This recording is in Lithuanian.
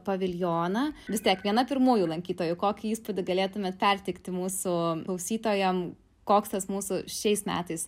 paviljoną vis tiek viena pirmųjų lankytojų kokį įspūdį galėtumėt perteikti mūsų klausytojam koks tas mūsų šiais metais